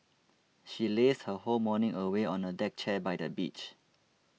she lazed her whole morning away on a deck chair by the beach